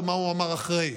ומה הוא אמר אחרי.